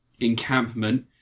encampment